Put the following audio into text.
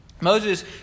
Moses